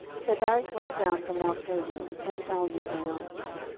so barak went down from mount tabor, and ten thousand men after him.